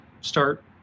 start